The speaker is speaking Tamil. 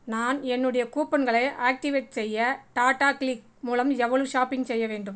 நான் என்னுடைய கூப்பன்களை ஆக்டிவேட் செய்ய டாடாகிளிக் மூலம் எவ்வளவு ஷாப்பிங் செய்ய வேண்டும்